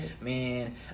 man